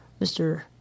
Mr